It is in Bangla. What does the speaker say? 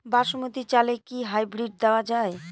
বাসমতী চালে কি হাইব্রিড দেওয়া য়ায়?